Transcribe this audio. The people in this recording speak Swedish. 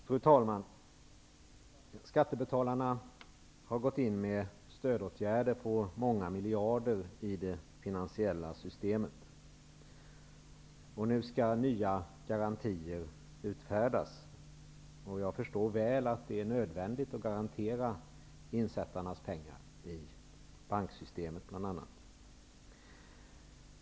Fru talman! Skattebetalarna har gått in med stödåtgärder på många miljarder i det finansiella systemet. Nu skall nya garantier utfästas. Jag förstår väl att det är nödvändigt att garantera insättarnas pengar i bl.a. banksystemet.